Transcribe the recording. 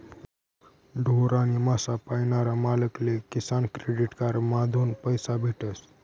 ढोर आणि मासा पायनारा मालक ले किसान क्रेडिट कार्ड माधून पैसा भेटतस